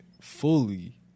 fully